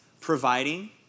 Providing